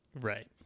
Right